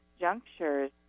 junctures